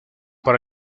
por